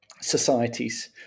societies